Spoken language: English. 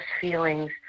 feelings